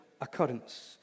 occurrence